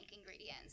ingredients